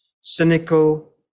Cynical